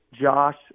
Josh